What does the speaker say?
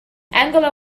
angela